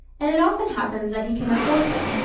and it often happens that he can afford them,